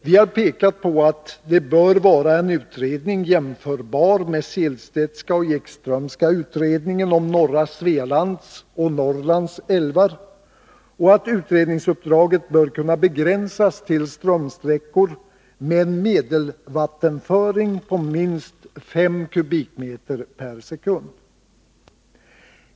Vi har pekat på att det bör vara en utredning jämförbar med Selstedska och Ekströmska utredningen om norra Svealands och Norrlands älvar och att utredningsuppdraget bör kunna begränsas till strömsträckor med en medelvattenföring på minst 5 m? per sekund.